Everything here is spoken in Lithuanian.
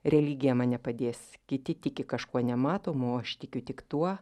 religija man nepadės kiti tiki kažkuo nematomu aš tikiu tik tuo